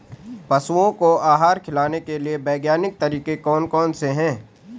पशुओं को आहार खिलाने के लिए वैज्ञानिक तरीके कौन कौन से हैं?